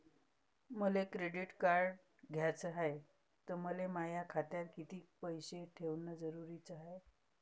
मले credit card घ्याचं हाय, त मले माया खात्यात कितीक पैसे ठेवणं जरुरीच हाय?